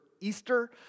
Easter